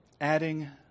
adding